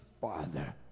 Father